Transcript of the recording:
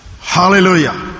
hallelujah